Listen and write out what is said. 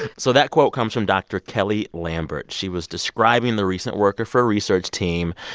so that quote comes from dr. kelly lambert. she was describing the recent work of her research team.